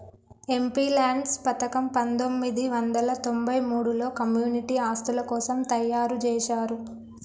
MPLADS పథకం పందొమ్మిది వందల తొంబై మూడులో కమ్యూనిటీ ఆస్తుల కోసం తయ్యారుజేశారు